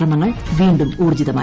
ശ്രമങ്ങൾ വീണ്ടും ഊർജ്ജിതമായി